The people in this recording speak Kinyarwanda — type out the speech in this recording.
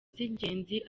z’ingenzi